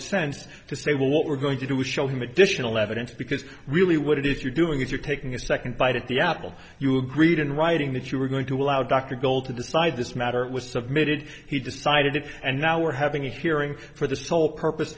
sense to say well what we're going to do is show him additional evidence because really what it is you're doing if you're taking a second bite at the apple you agreed in writing that you were going to allow dr gold to decide this matter was submitted he decided it and now we're having a hearing for the sole purpose